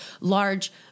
large